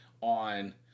on